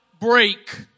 break